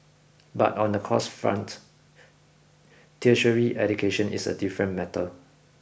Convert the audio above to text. but on the costs front tertiary education is a different matter